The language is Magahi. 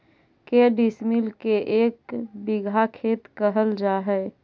के डिसमिल के एक बिघा खेत कहल जा है?